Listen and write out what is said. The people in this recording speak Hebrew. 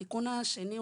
שניים,